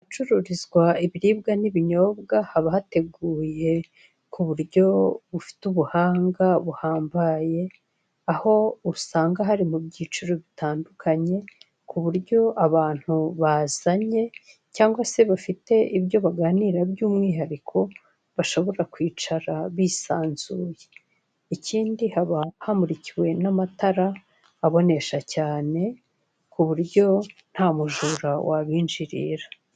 Ahacururizwa ibiribwa n'ibinyobwa haba hateguye ku buryo bufite ubuhanga buhambaye, aho usanga hari mu byiciro bitandukanye ku buryo abantu bazanye cyangwa se bafite ibyo baganira by'umwihariko bashobora kwicara bisanzuye, ikindi haba hamurikiwe n'amatara abonesha cyane ku buryo nta mujura wabinjirira.